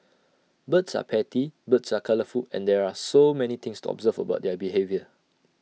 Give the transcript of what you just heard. birds are petty birds are colourful and there are so many things to observe about their behaviour